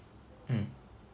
mm